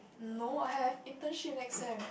no I have internship next sem